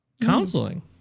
counseling